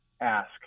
ask